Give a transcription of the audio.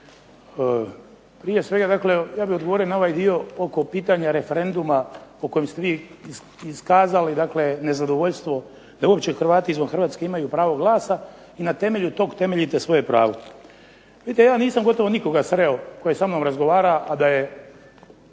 Prije svega ja bih odgovorio na ovaj dio oko pitanja referenduma o kojime ste vi iskazali nezadovoljstvo da uopće Hrvati izvan Hrvatske imaju pravo glasa i na temelju toga temeljite to pravo. Vidite ja nisam gotovo nikoga sreo tko je sa mnom razgovarao, a da je